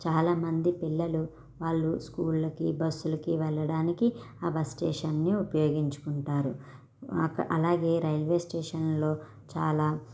చాలామంది పిల్లలు వాళ్ళు స్కూళ్ళకి బస్సులకి వెళ్లడానికి ఆ బస్ స్టేషన్ని ఉపయోగించుకుంటారు అలాగే రైల్వే స్టేషన్లో చాలా